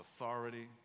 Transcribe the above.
authority